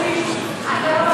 מה ישלמו?